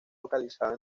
localizado